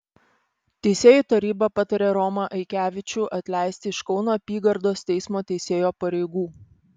teisėjų taryba patarė romą aikevičių atleisti iš kauno apygardos teismo teisėjo pareigų